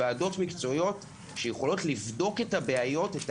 ועדות מקצועיות שיכולות לבדוק את הבעיות וגם את